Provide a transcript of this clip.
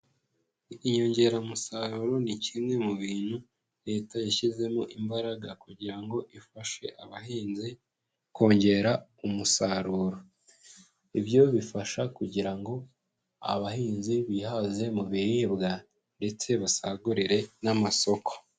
Inyongeramusaruro ni kimwe mu bintu leta yashyizemo imbaraga kugira ngo ifashe abahinzi kongera umusaruro, ibyo bifasha kugira ngo abahinzi bihaze mu biribwa ndetse basagurire n'amasoko.